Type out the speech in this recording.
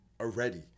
already